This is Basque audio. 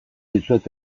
dizuet